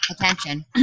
attention